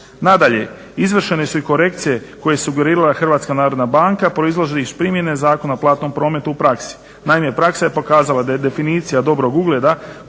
Nadalje, izvršene su i korekcije koje je subverirala HBOR proizlaze iz primjene Zakona o platnom prometu u praksi. Naime, praksa je pokazala da je definicija dobrog ugleda